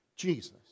Jesus